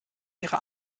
ihre